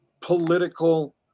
political